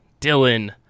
Dylan